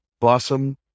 blossom